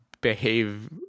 behave